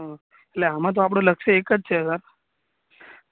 હ એટલે આમાં તો આપણું લક્ષ્ય એક જ છે સર